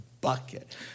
bucket